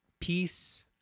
peace